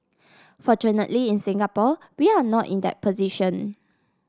fortunately in Singapore we are not in that position